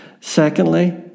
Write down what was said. Secondly